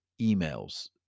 emails